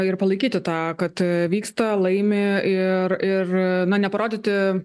ir palaikyti tą kad vyksta laimi ir ir na neparodyti